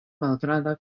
malgranda